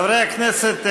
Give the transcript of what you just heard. חברי הכנסת,